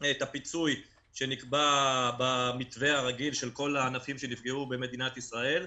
את הפיצוי שנקבע במתווה הרגיל של כל הענפים שנפגעו במדינת ישראל.